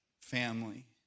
family